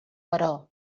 però